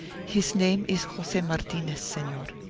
his name is jose martinez, senor.